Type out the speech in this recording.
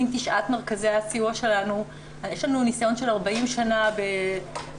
עם תשעת מרכזי הסיוע שלנו יש לנו ניסיון של 40 שנה בהבנה